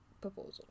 proposal